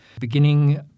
beginning